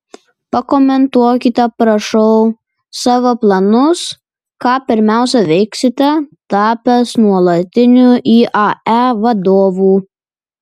pakomentuokite prašau savo planus ką pirmiausia veiksite tapęs nuolatiniu iae vadovu